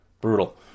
brutal